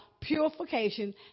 purification